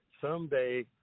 someday